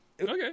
Okay